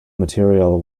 material